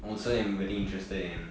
also I'm very interested in